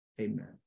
Amen